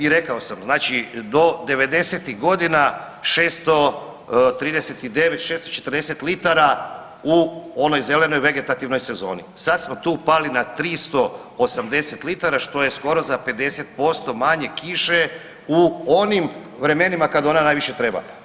I rekao sam, znači do devedesetih godina 639, 640 litara u onoj zelenoj vegetativnoj sezoni, sad smo tu pali na 380 litara što je skoro za 50% manje kiše u onim vremenima kada ona najviše treba.